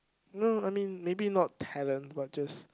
no I mean maybe not talent but just